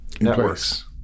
networks